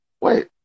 wait